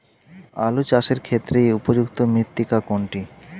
আলু চাষের ক্ষেত্রে উপযুক্ত মৃত্তিকা কোনটি?